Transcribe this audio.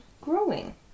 growing